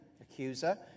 accuser